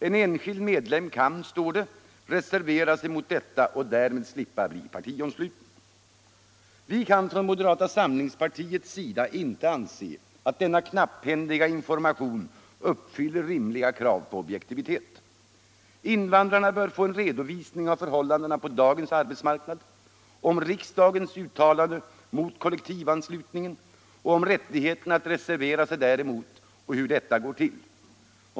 En enskild med lem kan, står det, reservera sig mot detta och därmed slippa bli partiansluten. Vi kan från moderata samlingspartiets sida inte anse att denna knapphändiga information uppfyller rimliga krav på objektivitet. Invandrarna bör få en redovisning av förhållandena på dagens arbetsmarknad, om riksdagens uttalande mot kollektivanslutningen och om rättigheten att reservera sig däremot och hur detta går till.